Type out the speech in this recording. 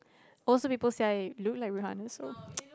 also people say I look like Rihanna so